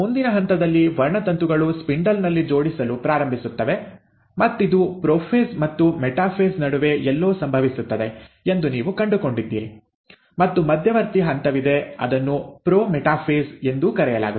ಮುಂದಿನ ಹಂತದಲ್ಲಿ ವರ್ಣತಂತುಗಳು ಸ್ಪಿಂಡಲ್ ನಲ್ಲಿ ಜೋಡಿಸಲು ಪ್ರಾರಂಭಿಸುತ್ತವೆ ಮತ್ತಿದು ಪ್ರೊಫೇಸ್ ಮತ್ತು ಮೆಟಾಫೇಸ್ ನಡುವೆ ಎಲ್ಲೋ ಸಂಭವಿಸುತ್ತದೆ ಎಂದು ನೀವು ಕಂಡುಕೊಂಡಿದ್ದೀರಿ ಮತ್ತು ಮಧ್ಯವರ್ತಿ ಹಂತವಿದೆ ಅದನ್ನು ಪ್ರೊ ಮೆಟಾಫೇಸ್ ಎಂದೂ ಕರೆಯಲಾಗುತ್ತದೆ